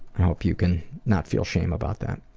hope you can not feel shame about that.